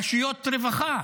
לרשויות רווחה,